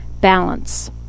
balance